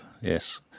yes